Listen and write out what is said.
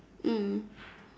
mm